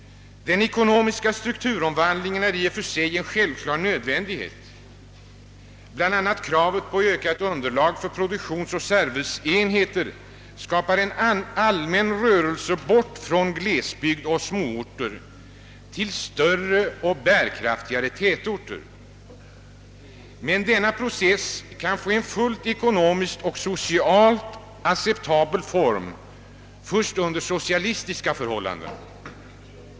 Den ekonomiska strukturomvandlingen är i och för sig en självklar nödvändighet. Bland annat skapar kravet på ökat underlag för produktionsoch serviceenheter en allmän rörelse bort från glesbygd och småorter till större och bärkraftigare tätorter. Men denna process kan få en fullt ekonomiskt och socialt acceptabel form först under socia listiska förhållanden.